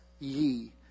ye